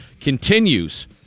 continues